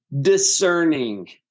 discerning